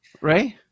Right